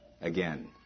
again